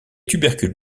tubercules